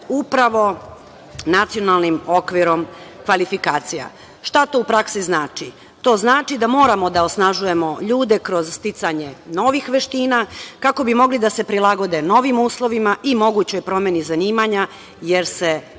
upravo nacionalnim okvirom kvalifikacija. Šta to u praksi znači? To znači da moramo da osnažujemo ljude kroz sticanje novih veština kako bi mogli da se prilagode novim uslovima i mogućoj promeni zanimanja, jer se tako